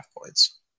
points